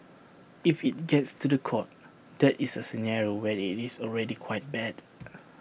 if IT gets to The Court that is A scenario where IT is already quite bad